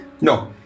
No